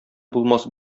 булмас